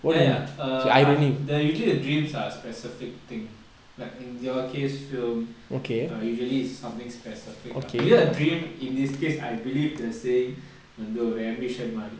ya ya err there usually the dreams are specific thing like in your case film err usually it's something specific lah it's just dream in this case I believe they are saying வந்து ஒரு:vanthu oru ambition மாறி:mari